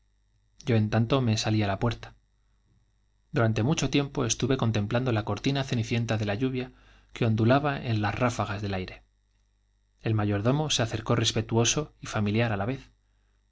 yo en tanto me salí á la puerta durante mucho tiempo estuve con ondu templando la cortina cenicienta de la lluvia que laba en las ráfagas del aire el mayordomo se acercó y familiar á la vez